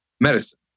medicine